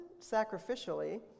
sacrificially